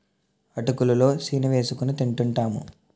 అటుకులు లో సీని ఏసుకొని తింటూంటాము